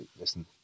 listen